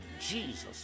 Jesus